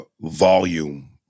volume